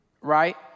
Right